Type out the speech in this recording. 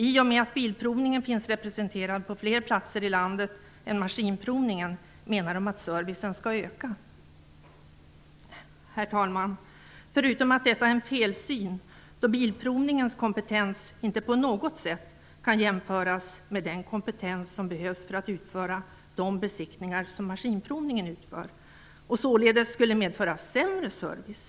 I och med att Svensk Bilprovning finns representerad på fler platser i landet än Statens maskinprovningar menar de att servicen skulle öka. Herr talman! Detta är en felsyn. Svensk Bilprovnings kompetens kan inte på något sätt jämföras med den kompetens som behövs för att man skall kunna utföra de besiktningar som Statens maskinprovningar utför. Det skulle således medföra en sämre service.